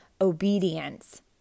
obedience